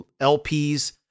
LPs